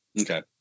Okay